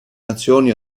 nazioni